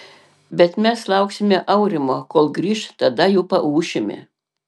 bet mes lauksime aurimo kol grįš tada jau paūšime